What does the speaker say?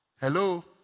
Hello